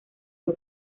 del